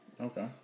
Okay